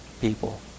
people